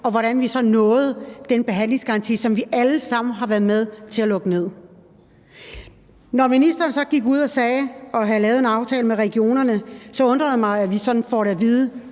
og hvordan vi så nåede den behandlingsgaranti, som vi alle sammen har været med til at lukke ned. Når ministeren så gik ud og havde lavet en aftale med regionerne, undrer det mig, at vi sådan får det at vide,